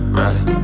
ready